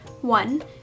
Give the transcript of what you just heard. One